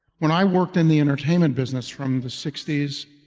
when i worked in the entertainment business from the sixty s,